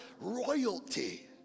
royalty